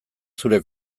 zure